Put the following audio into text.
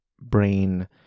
brain